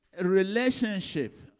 relationship